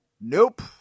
Nope